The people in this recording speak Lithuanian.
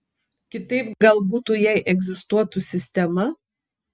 kitaip gal butų jei egzistuotų sistema